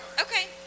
Okay